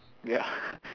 ya